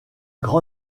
grand